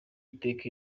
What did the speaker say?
iteka